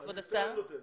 לא בפרטי.